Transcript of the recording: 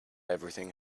everything